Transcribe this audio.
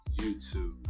YouTube